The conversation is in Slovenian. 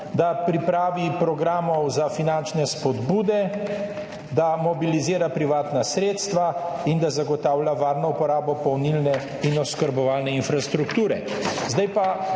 da pripravi programe za finančne spodbude, da mobilizira privatna sredstva in da zagotavlja varno uporabo polnilne in oskrbovalne infrastrukture.